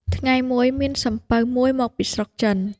ថ្ងៃមួយ មានសំពៅមួយមកពីស្រុកចិន។